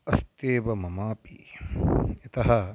अस्त्येव ममापि यतः